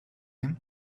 him